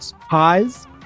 pies